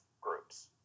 groups